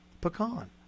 pecan